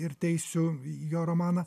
ir teisių jo romaną